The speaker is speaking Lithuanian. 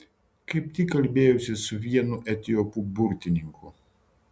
kaip tik kalbėjausi su vienu etiopu burtininku